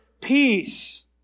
peace